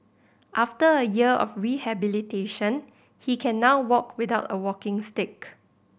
after a year of rehabilitation he can now walk without a walking stick